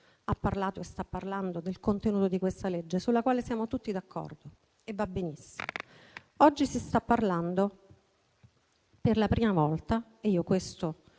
ha parlato e sta parlando del contenuto di questo provvedimento, su cui siamo tutti d'accordo (e va benissimo); oggi si sta parlando per la prima volta (e lo trovo